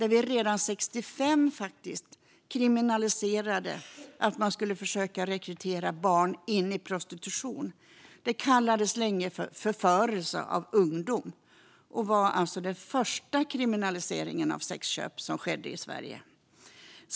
Redan 1965 kriminaliserade vi faktiskt försök att rekrytera barn in i prostitution. Det kallades länge "förförelse av ungdom" och var den första typ av sexköp som kriminaliserades i Sverige.